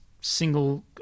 single